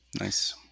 nice